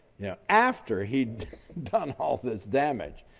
you know, after he'd done all this damage,